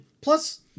plus